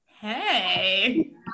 Hey